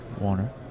Warner